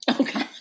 Okay